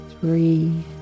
three